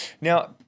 Now